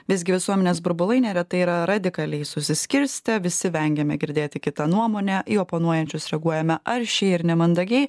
visgi visuomenės burbulai neretai yra radikaliai susiskirstę visi vengiame girdėti kitą nuomonę į oponuojančius reaguojame aršiai ir nemandagiai